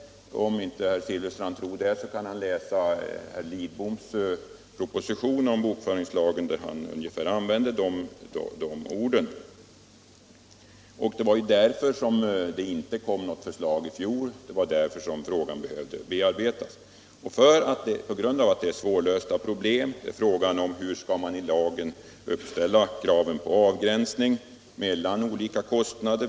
Om herr Silfverstrand inte tror det kan han läsa herr Lidboms proposition om bokföringslagen, där herr Lidbom använde ungefär de orden. Det var därför som det inte kom något förslag i fjol, det var därför frågan behövde bearbetas. Detta är som sagt svårlösta problem — bl.a. hur man i lagen skall ange kraven på avgränsning mellan olika kostnader.